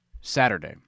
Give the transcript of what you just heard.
saturday